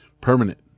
Permanent